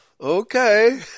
Okay